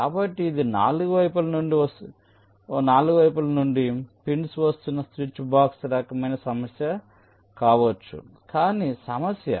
కాబట్టి ఇది 4 వైపుల నుండి పిన్స్ వస్తున్న స్విచ్ బాక్స్ రకమైన సమస్య కావచ్చు కానీ సమస్య